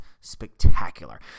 spectacular